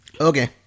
okay